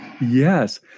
Yes